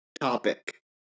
topic